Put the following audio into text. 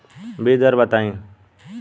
बीज दर बताई?